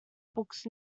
books